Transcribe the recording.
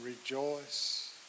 rejoice